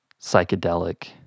psychedelic